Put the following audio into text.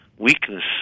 Weakness